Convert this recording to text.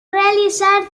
realitzar